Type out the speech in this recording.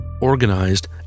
organized